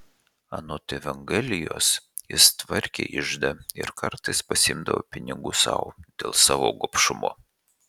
anot evangelijos jis tvarkė iždą ir kartais pasiimdavo pinigų sau dėl savo gobšumo